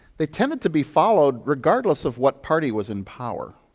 they tended to be followed regardless of what party was in power,